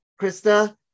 Krista